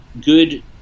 good